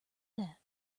that